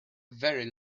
very